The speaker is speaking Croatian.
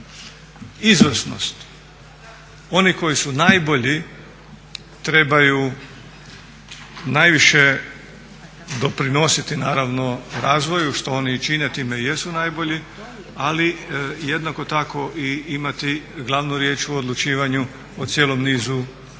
Izvrsnost onih koji su najbolji trebaju najviše doprinositi naravno razvoju što oni i čine, time i jesu najbolji ali jednako tako i imati glavnu riječ u odlučivanju o cijelom nizu